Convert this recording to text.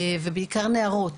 ובעיקר נערות,